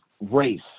race